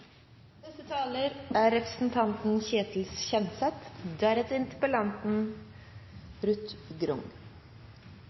Neste taler er representanten Kjersti Toppe, deretter interpellanten,